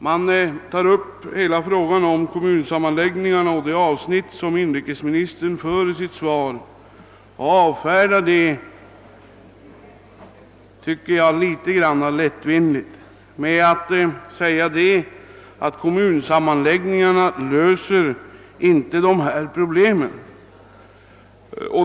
Jag tycker att-interpellanterna något lättvindigt avfärdade det avsnitt av inrikesministerns resonemang i interpellationssvaret som gäller denna fråga. Interpellanterna säger att kommunsammanläggningarna inte löser problemen.